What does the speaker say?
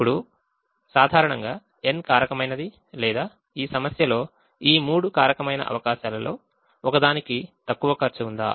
ఇప్పుడు సాధారణంగా n కారకమైనది లేదా ఈ సమస్యలో ఈ మూడు కారకమైన అవకాశాలలో ఒకదానికి తక్కువ ఖర్చు ఉందా